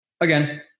again